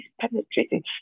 penetrating